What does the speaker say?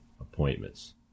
appointments